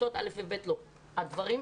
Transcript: כיתות א'-ב' לא צריכים לעטות מסכה.